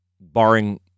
barring